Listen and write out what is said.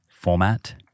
format